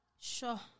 sure